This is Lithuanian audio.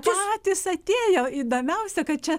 patys atėjo įdomiausia kad čia